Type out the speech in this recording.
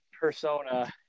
persona